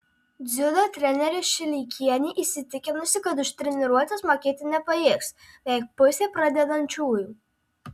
dziudo trenerė šileikienė įsitikinusi kad už treniruotes mokėti nepajėgs beveik pusė pradedančiųjų